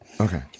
Okay